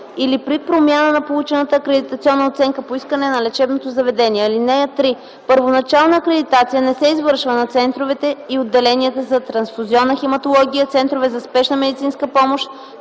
или при промяна на получената акредитационна оценка, по искане на лечебното заведение. (3) Първоначална акредитация не се извършва на центровете и отделенията за трансфузионна хематология, центровете за спешна медицинска помощ,